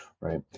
right